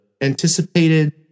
anticipated